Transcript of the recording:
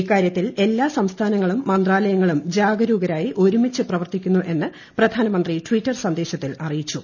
ഇക്കാരൃത്തിൽ എല്ലാ സംസ്ഥാനങ്ങളും മന്ത്രാലയങ്ങളും ജാഗരൂകരായി ഒരുമിച്ചു പ്രവർത്തിക്കുന്നു എന്ന് പ്രധാനമന്ത്രി ട്വിറ്റർ സന്ദേശത്തിൽ അറിയിച്ചു